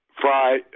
fry